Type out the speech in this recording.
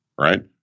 right